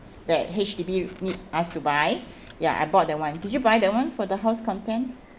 that H_D_B need us to buy ya I bought that [one] did you buy that [one] for the house content